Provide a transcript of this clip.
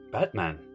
Batman